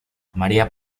maría